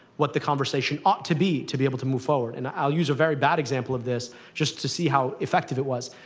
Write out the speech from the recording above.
what the conversation ought to be to be able to move forward. and i'll use a very bad example of this just to see how effective it was.